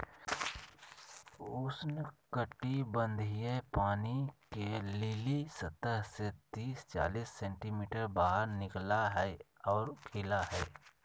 उष्णकटिबंधीय पानी के लिली सतह से तिस चालीस सेंटीमीटर बाहर निकला हइ और खिला हइ